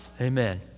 Amen